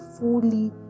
fully